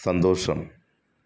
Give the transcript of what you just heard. സന്തോഷം